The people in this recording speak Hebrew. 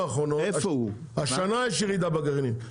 השנה יש ירידה בגרעינים.